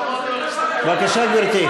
בבקשה, גברתי.